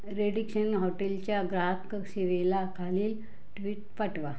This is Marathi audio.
रेडिशन हॉटेलच्या ग्राहकसेवेला खालील ट्विट पाठवा